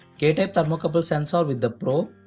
k-type thermocouple sensor with the probe,